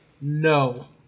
no